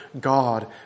God